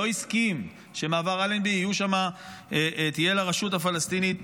הוא לא הסכים שבמעבר אלנבי יהיה לרשות הפלסטינית